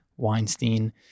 Weinstein